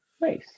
Nice